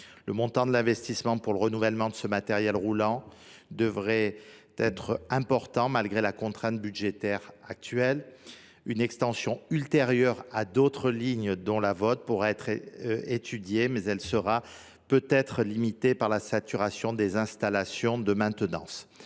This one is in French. Le montant de l’investissement pour le renouvellement de ce matériel roulant devrait être important, malgré la contrainte budgétaire actuelle. Une extension ultérieure à d’autres lignes, dont celle que vous venez d’évoquer, pourra être étudiée, mais elle sera peut être limitée par la saturation des installations de maintenance.